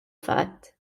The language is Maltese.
fatt